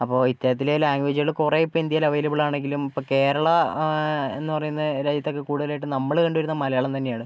അപ്പോൾ ഇത്തരത്തിലെ ലാങ്ക്വേജ്കൾ കുറെ ഇപ്പോൾ ഇന്ത്യയിൽ അവൈലബിൾ ആണെങ്കിലും ഇപ്പം കേരളം എന്ന് പറയുന്ന രാജ്യത്തൊക്കെ കൂടുതലായിട്ടും നമ്മൾ കണ്ടുവരുന്നത് മലയാളം തന്നെയാണ്